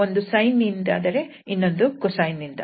ಒಂದು sine ನಿಂದಾದರೆ ಇನ್ನೊಂದು cosine ನಿಂದ